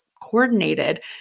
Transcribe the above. coordinated